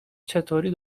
چطوری